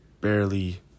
barely